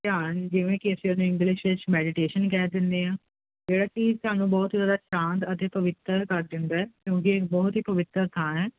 ਧਿਆਨ ਜਿਵੇਂ ਕਿ ਅਸੀਂ ਉਹਨੂੰ ਇੰਗਲਿਸ਼ ਵਿੱਚ ਮੈਡੀਟੇਸ਼ਨ ਕਹਿ ਦਿੰਦੇ ਆ ਜਿਹੜਾ ਕਿ ਸਾਨੂੰ ਬਹੁਤ ਜਿਆਦਾ ਚਾਂਦ ਅਤੇ ਪਵਿੱਤਰ ਕਰ ਦਿੰਦਾ ਕਿਉਂਕਿ ਬਹੁਤ ਹੀ ਪਵਿੱਤਰ ਥਾਂ ਹੈ ਲੋਕ